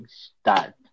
start